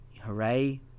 hooray